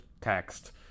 text